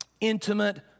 intimate